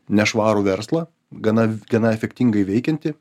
nešvarų verslą gana gana efektingai veikiantį